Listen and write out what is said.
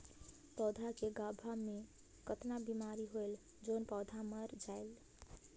पौधा के गाभा मै कतना बिमारी होयल जोन पौधा मर जायेल?